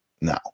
now